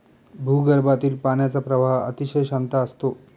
भूगर्भातील पाण्याचा प्रवाह अतिशय शांत असतो